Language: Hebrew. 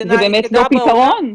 זה באמת לא פתרון.